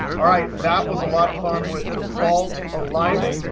all right, that was a lot of fun with default alignment.